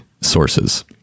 sources